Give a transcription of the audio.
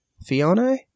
Fiona